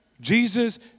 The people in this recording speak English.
Jesus